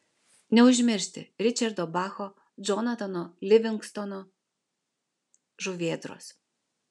neužmiršti ričardo bacho džonatano livingstono žuvėdros